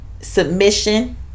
submission